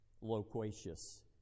Loquacious